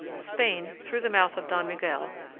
spain, through the mouth of don miguel,